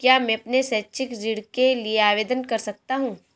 क्या मैं अपने शैक्षिक ऋण के लिए आवेदन कर सकता हूँ?